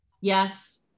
Yes